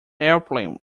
airplane